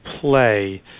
play –